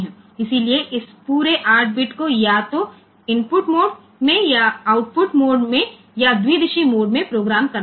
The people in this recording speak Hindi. इसलिए इस पूरे 8 बिट को या तो इनपुट मोड में या आउटपुट मोड में या द्विदिश मोड में प्रोग्राम करना होगा